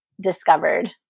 discovered